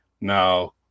now